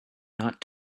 not